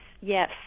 Yes